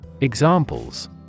Examples